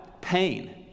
pain